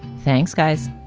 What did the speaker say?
thanks, guys.